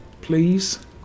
Please